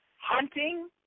hunting